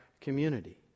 community